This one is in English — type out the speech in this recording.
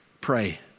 Pray